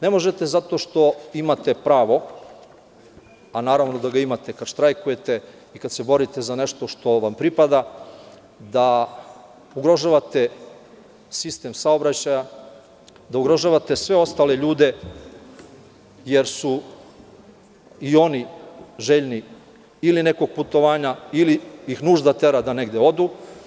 Ne možete zato što imate pravo, a naravno da ga imate kad štrajkujete i kad se borite za nešto što vam pripada da ugrožavate sistem saobraćaja, da ugrožavate sve ostale ljude jer su i oni željni ili nekog putovanja, ili nužda tera da negde odu.